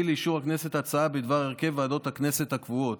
לאישור הכנסת הצעה בדבר הרכב ועדות הכנסת הקבועות.